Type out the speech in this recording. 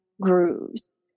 grooves